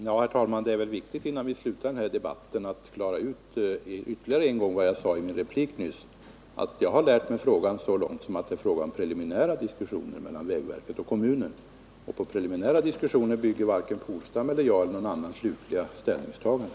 Herr talman! Det är viktigt innan vi slutar den här debatten att ytterligare en gång förtydliga vad jag sade i min replik nyss. Jag har lärt mig frågan så långt att det här gällde preliminära diskussioner mellan vägverket och kommunen. På preliminära diskussioner bygger varken herr Polstam, jag eller någon annan några slutliga ställningstaganden.